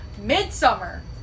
Midsummer